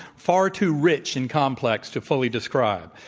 far too rich and complex to fully describe.